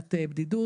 הפגת בדידות,